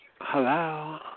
Hello